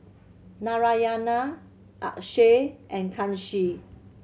Narayana Akshay and Kanshi